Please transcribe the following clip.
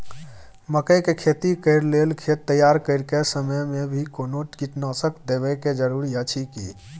मकई के खेती कैर लेल खेत तैयार करैक समय मे भी कोनो कीटनासक देबै के जरूरी अछि की?